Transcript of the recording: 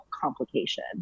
complication